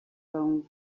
rome